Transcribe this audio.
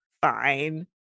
fine